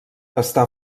està